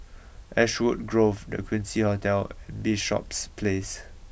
Ashwood Grove the Quincy Hotel and Bishops Place